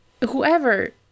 Whoever